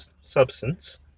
substance